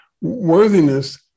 worthiness